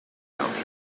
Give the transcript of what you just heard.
country